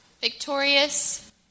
victorious